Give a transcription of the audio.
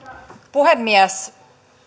puhemies